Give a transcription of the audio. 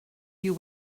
you